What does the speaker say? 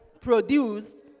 produced